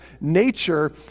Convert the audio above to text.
nature